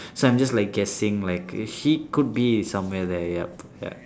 so I'm just like guessing like he could be somewhere there yup ya